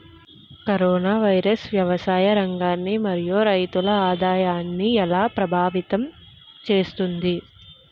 Corona virus వ్యవసాయ రంగాన్ని మరియు రైతుల ఆదాయాన్ని ఎలా ప్రభావితం చేస్తుంది?